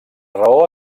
raó